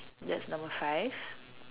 that's number five